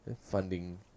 funding